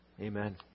Amen